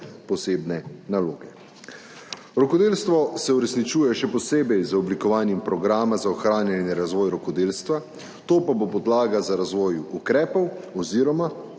posebne naloge. Rokodelstvo se uresničuje še posebej z oblikovanjem programa za ohranjanje in razvoj rokodelstva, to pa bo podlaga za razvoj ukrepov oziroma